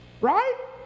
Right